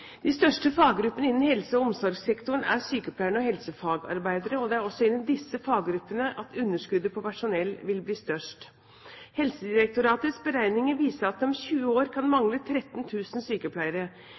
De største faggruppene innen helse- og omsorgssektoren er sykepleiere og helsefagarbeidere, og det er også innen disse faggruppene at underskuddet på personell vil bli størst. Helsedirektoratets beregninger viser at det om 20 år kan